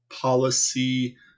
policy